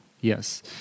Yes